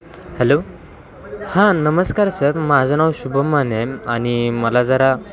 hello हां नमस्कार sir माझं नाव शुभम माने आहे आणि मला जरा